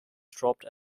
dropped